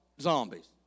zombies